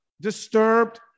disturbed